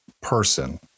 person